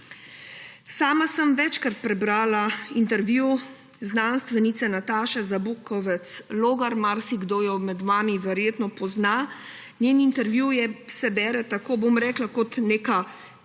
Sama sem večkrat prebrala intervju znanstvenice Nataše Zabukovec Logar, marsikdo jo med vami verjetno pozna. Njen intervju se bere kot neka